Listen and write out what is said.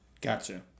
Gotcha